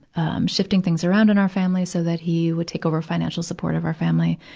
um, shifting things around in our family so that he would take over financial support of our family,